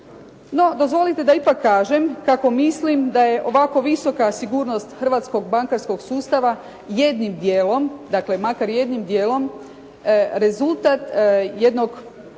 dozvolite da ipak kažem kako mislim da je ovako visoka sigurnost hrvatskog bankarskog sustava jednim dijelom, makar jednim dijelom rezultat jednog